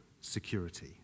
security